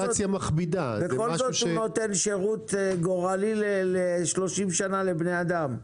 בכל זאת נותן שירות גורלי ל-30 שנה לבני אדם.